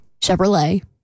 chevrolet